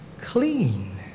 clean